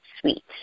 sweet